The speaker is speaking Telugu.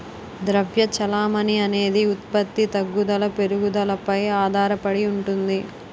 ద్రవ్య చెలామణి అనేది ఉత్పత్తి తగ్గుదల పెరుగుదలపై ఆధారడి ఉంటుంది